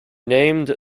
named